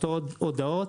אותן הודעות,